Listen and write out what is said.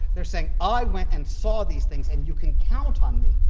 they're saying, i went and saw these things, and you can count on me.